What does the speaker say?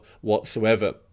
whatsoever